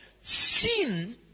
Sin